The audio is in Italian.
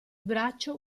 braccio